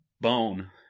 bone